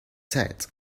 said